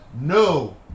no